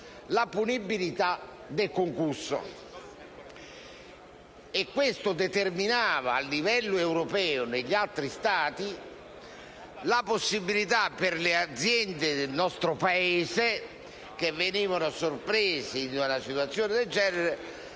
la punibilità del concusso.